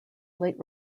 late